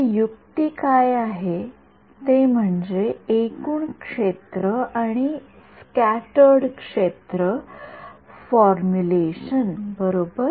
तर युक्ती काय आहे ते म्हणजे एकूण क्षेत्र आणि स्क्याटर्ड क्षेत्र फॉर्म्युलेशन बरोबर